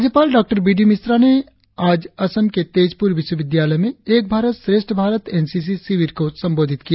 राज्यपाल डॉ B D Mishra ने असम के तेजपुर विश्वविद्यालय में Ek Bharat Shreshtha Bharat N C C शिविर को संबोधित किया